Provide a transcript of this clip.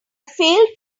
failed